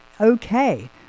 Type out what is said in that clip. okay